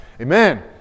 amen